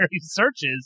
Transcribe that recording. searches